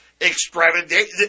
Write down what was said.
extravagant